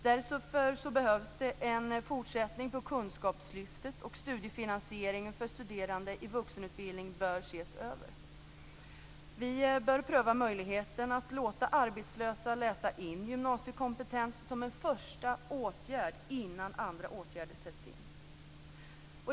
Därför behövs det en fortsättning på Kunskapslyftet, och studiefinansieringen för studerande i vuxenutbildning bör ses över. Vi bör pröva möjligheten att låta arbetslösa läsa in gymnasiekompetens som en första åtgärd innan andra åtgärder sätts in.